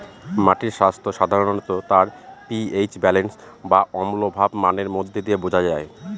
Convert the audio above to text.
মাটির স্বাস্থ্য সাধারনত তার পি.এইচ ব্যালেন্স বা অম্লভাব মানের মধ্যে দিয়ে বোঝা যায়